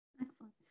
excellent